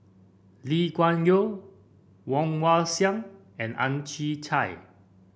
Lee Kuan Yew Woon Wah Siang and Ang Chwee Chai